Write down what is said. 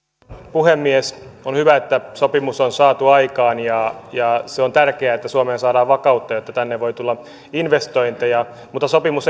puhemies on hyvä että sopimus on saatu aikaan ja ja se on tärkeää että suomeen saadaan vakautta että tänne voi tulla investointeja mutta sopimus